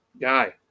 Guy